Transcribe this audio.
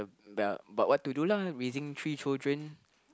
but but what to do lah raising three children